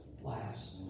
last